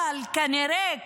אבל כנראה,